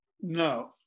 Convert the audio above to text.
No